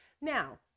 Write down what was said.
Now